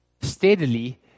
steadily